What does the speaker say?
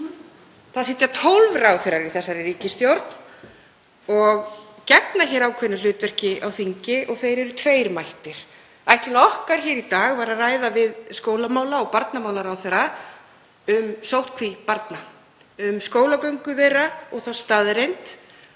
Það sitja 12 ráðherrar í þessari ríkisstjórn og gegna ákveðnu hlutverki á þingi og þeir eru tveir mættir. Ætlun okkar hér í dag var að ræða við mennta- og barnamálaráðherra um sóttkví barna, um skólagöngu þeirra og þá staðreynd